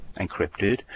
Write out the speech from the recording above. encrypted